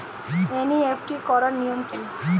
NEFT করার নিয়ম কী?